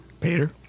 Peter